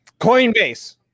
Coinbase